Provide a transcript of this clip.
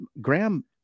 Graham